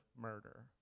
murder